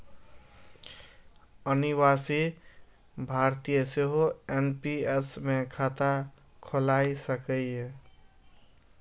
अनिवासी भारतीय सेहो एन.पी.एस मे खाता खोलाए सकैए